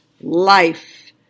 life